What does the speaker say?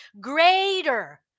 greater